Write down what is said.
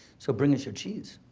so, bring us your cheese.